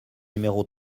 numéro